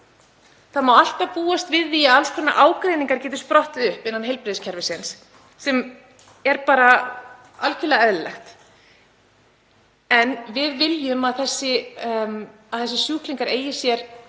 Það má alltaf búast við því að alls konar ágreiningur geti sprottið upp innan heilbrigðiskerfisins sem er algerlega eðlilegt. En við viljum að þessir sjúklingar eigi sér